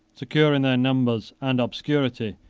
secure in their numbers and obscurity,